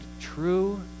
true